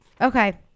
Okay